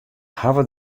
hawwe